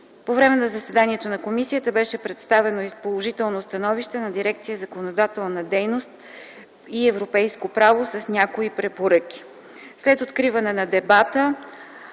По време на заседанието на комисията беше представено и положително становище на Дирекция „Законодателна дейност и европейско право” с някои препоръки. След откриване на дебата,